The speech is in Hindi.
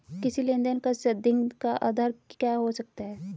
किसी लेन देन का संदिग्ध का आधार क्या हो सकता है?